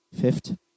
Fifth